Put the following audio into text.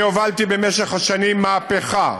אני הובלתי במשך השנים מהפכה,